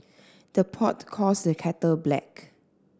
the pot calls the kettle black